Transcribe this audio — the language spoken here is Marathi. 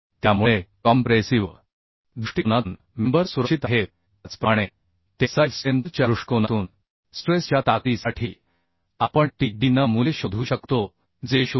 त्यामुळे कॉम्प्रेसिव दृष्टिकोनातून मेंबर सुरक्षित आहेत त्याचप्रमाणे टेन्साईल स्ट्रेंथ च्या दृष्टिकोनातुन स्ट्रेस च्या ताकदीसाठी आपण T d n मूल्य शोधू शकतो जे 0